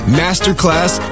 masterclass